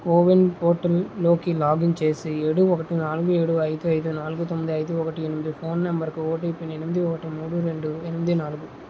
CoWIN portal లోకి login చేసి ఏడు ఒకటి నాలుగు ఏడు ఐదు ఐదు నాలుగు తొమ్మిది ఐదు ఒకటి ఎనిమిది ఫోన్ నంబరు కి ఓటిపి ఎనిమిది ఒకటి మూడు రెండు ఎనిమిది నాలుగు